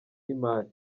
y’imari